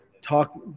talk